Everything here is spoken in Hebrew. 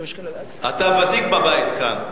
אתה ותיק בבית כאן.